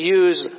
use